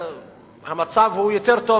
המצב יותר טוב